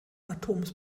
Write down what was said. atoms